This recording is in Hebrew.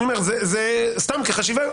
זה סתם כחשיבה,